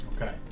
Okay